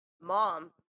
Mom